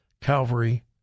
Calvary